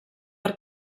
per